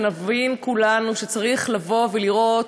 שנבין כולנו שצריך לבוא ולראות